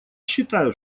считаю